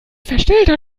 verstellter